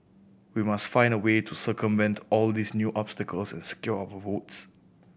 we must find a way to circumvent all these new obstacles and secure our votes